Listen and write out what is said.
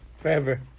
forever